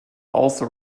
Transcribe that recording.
also